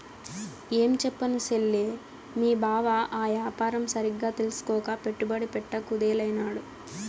ఏంచెప్పను సెల్లే, మీ బావ ఆ యాపారం సరిగ్గా తెల్సుకోక పెట్టుబడి పెట్ట కుదేలైనాడు